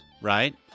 Right